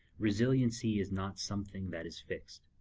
resiliency is not something that is fixed.